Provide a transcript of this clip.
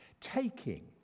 taking